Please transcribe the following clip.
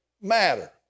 matter